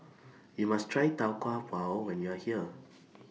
YOU must Try Tau Kwa Pau when YOU Are here